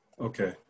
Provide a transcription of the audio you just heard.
Okay